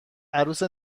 عروس